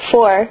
Four